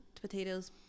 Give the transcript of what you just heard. Potatoes